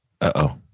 uh-oh